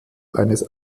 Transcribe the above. eines